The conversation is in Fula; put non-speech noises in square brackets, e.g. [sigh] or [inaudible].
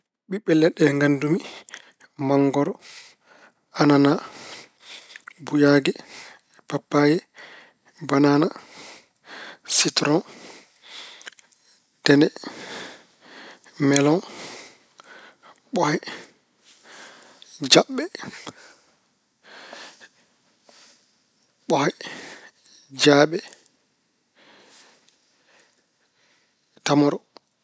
Ɓiɓɓe leɗɗe ɗe nganndu mi: manngoro, anana, buyaage, pappaye, banana, sittoroŋ, dene, meloŋ, ɓohe, jaɓɓe, [hesitation] ɓohe, jaaɓe, [hesitation] tamoro.